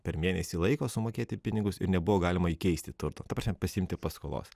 per mėnesį laiko sumokėti pinigus ir nebuvo galima įkeisti turto ta prasme pasiimti paskolos